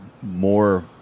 more